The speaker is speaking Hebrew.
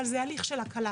אבל זה הליך של הקלה.